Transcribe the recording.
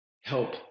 help